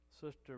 Sister